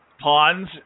Pawns